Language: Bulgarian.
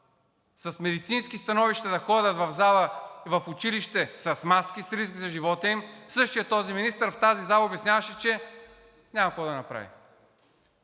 с медицински становища да ходят в училище с маски, с риск за живота им. Същият този министър в тази зала обясняваше, че няма какво да направи.